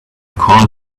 call